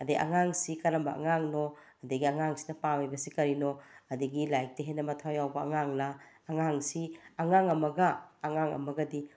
ꯑꯗꯩ ꯑꯉꯥꯡꯁꯤ ꯀꯔꯝꯕ ꯑꯉꯥꯡꯅꯣ ꯑꯗꯒꯤ ꯑꯉꯥꯡꯁꯤꯅ ꯄꯥꯝꯃꯤꯕꯁꯤ ꯀꯔꯤꯅꯣ ꯑꯗꯒꯤ ꯂꯥꯏꯔꯤꯛꯇ ꯍꯦꯟꯅ ꯃꯊ꯭ꯋꯥꯏ ꯌꯥꯎꯕ ꯑꯉꯥꯡꯂꯥ ꯑꯉꯥꯡꯁꯤ ꯑꯉꯥꯡ ꯑꯃꯒ ꯑꯉꯥꯡ ꯑꯃꯒꯗꯤ